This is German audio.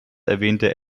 erwähnte